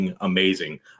amazing